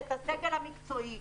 את הסגל המקצועי,